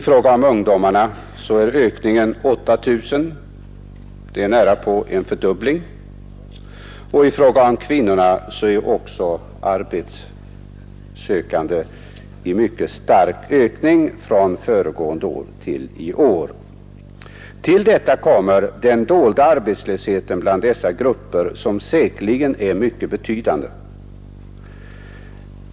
För ungdomarna är ökningen 8 000, dvs. nära en fördubbling, och när det gäller kvinnorna har vi också en mycket stark ökning av antalet arbetssökande från förra året till i år. Härtill kommer sedan den dolda arbetslösheten i dessa grupper, vilken säkerligen är mycket betydande.